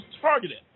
targeted